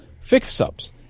fix-ups